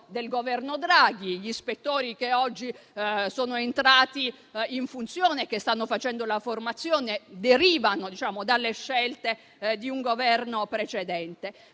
del Governo Draghi: gli ispettori che oggi sono entrati in funzione e stanno facendo la formazione derivano dalle scelte di un Governo precedente,